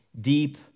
deep